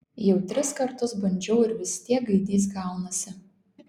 jau tris kartus bandžiau ir vis tiek gaidys gaunasi